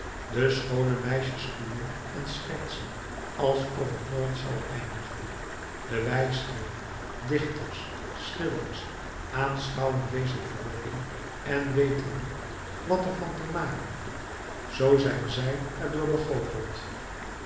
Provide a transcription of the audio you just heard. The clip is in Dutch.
de schoone meisjes stoeien en schertsen alsof t nooit zal eindigen de wijsgeeren dichters schilders aanschouwen deze verrukking en weten niet wat er van te maken zoo zijn zij er door